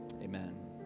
amen